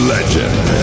Legend